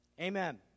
Amen